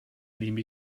nehme